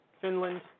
Finland